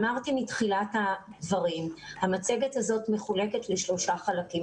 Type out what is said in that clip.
אמרתי בתחילת הדברים שהמצגת הזאת מחולקת לשלושה חלקים.